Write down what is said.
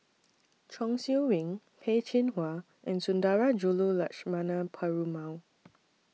Chong Siew Ying Peh Chin Hua and Sundarajulu Lakshmana Perumal